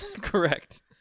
Correct